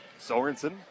Sorensen